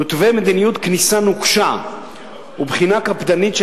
תותווה מדיניות כניסה נוקשה ובחינה קפדנית של